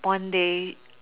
one day